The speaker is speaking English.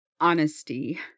honesty